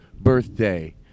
birthday